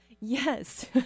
Yes